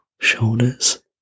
shoulders